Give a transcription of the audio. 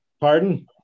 Pardon